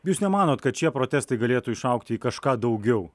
jūs nemanot kad šie protestai galėtų išaugti į kažką daugiau